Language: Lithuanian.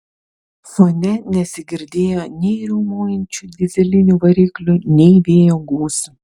fone nesigirdėjo nei riaumojančių dyzelinių variklių nei vėjo gūsių